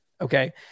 okay